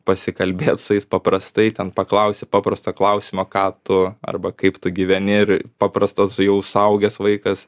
pasikalbėt su jais paprastai ten paklausi paprasto klausimo ką tu arba kaip tu gyveni ir paprastas jau suaugęs vaikas